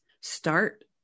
start